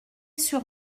sur